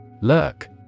LURK